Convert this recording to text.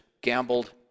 gambled